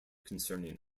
concerning